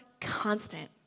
constant